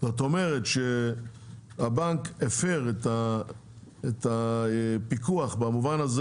זאת אומרת שהבנק הפר את הפיקוח במובן הזה